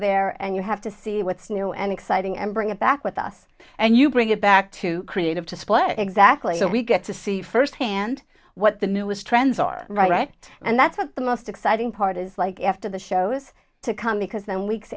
there and you have to see what's new and exciting and bring it back with us and you bring it back to creative display exactly so we get to see firsthand what the newest trends are right and that's what the most exciting part is like after the show has to come because then weeks